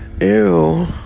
Ew